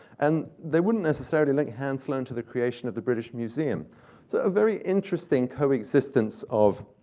and they wouldn't necessarily link hans sloane to the creation of the british museum. so a very interesting coexistence of